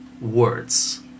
words